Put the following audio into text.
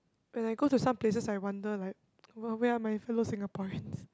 when I go to some places I wonder like were where're my fellow Singaporeans